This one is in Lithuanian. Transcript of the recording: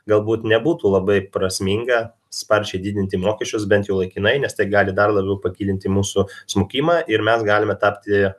galbūt nebūtų labai prasminga sparčiai didinti mokesčius bent jau laikinai nes tai gali dar labiau pagilinti mūsų smukimą ir mes galime tapti